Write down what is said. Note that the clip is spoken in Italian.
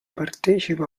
partecipa